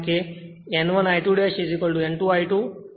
કારણ કે N1 I2 N2 I2